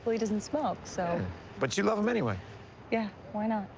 he doesn't smoke, so but you love him anyway yeah. why not?